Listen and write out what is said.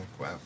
wow